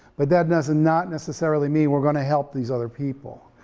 but that does not necessarily mean we're gonna help these other people,